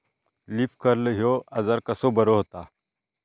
Leaf curl ह्यो आजार कसो बरो व्हता?